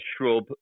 shrub